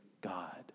God